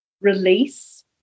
release